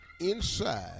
inside